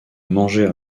manger